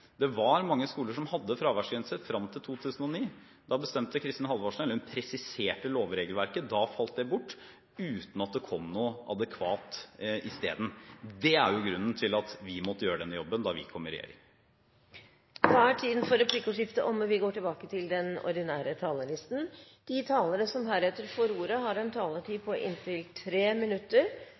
Det var mange skoler som hadde fraværsgrenser frem til 2009. Da presiserte Kristin Halvorsen lovregelverket. Da falt det bort, uten at det kom noe adekvat isteden. Det er grunnen til at vi måtte gjøre denne jobben da vi kom i regjering. Replikkordskiftet er omme. De talere som heretter får ordet, har en taletid på inntil 3 minutter.